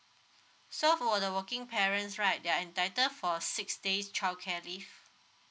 so for the working parents right they are entitled for six days childcare leave